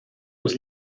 els